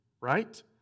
Right